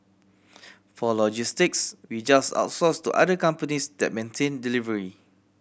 for logistics we just outsource to other companies that maintain delivery